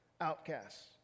outcasts